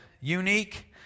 unique